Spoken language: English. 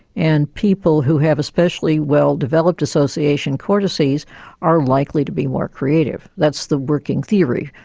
and people who have especially well developed association cortices are likely to be more creative. that's the working theory,